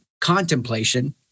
contemplation